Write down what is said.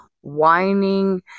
whining